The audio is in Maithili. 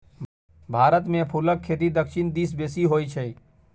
भारतमे फुलक खेती दक्षिण दिस बेसी होय छै